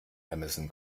amazon